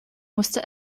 musste